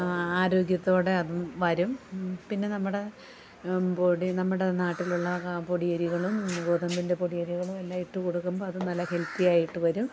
ആരോഗ്യത്തോടെ അത് വരും പിന്നെ നമ്മുടെ പൊടി നമ്മുടെ നാട്ടിലുള്ള പൊടിയരികളും ഗോതമ്പിൻ്റെ പൊടിയരികളും എല്ലാം ഇട്ട് കൊടുക്കുമ്പോൾ അത് നല്ല ഹെൽത്തിയായിട്ട് വരും